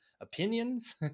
opinions